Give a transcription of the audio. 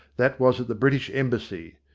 that was at the british embassy.